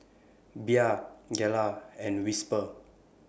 Bia Gelare and Whisper